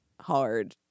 hard